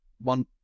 one